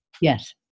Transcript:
Yes